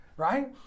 Right